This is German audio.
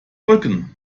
drücken